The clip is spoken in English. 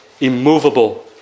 immovable